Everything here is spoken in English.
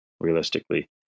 realistically